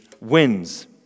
wins